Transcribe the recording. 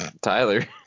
Tyler